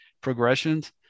progressions